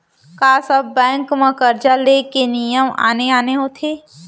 का सब बैंक म करजा ले के नियम आने आने होथे?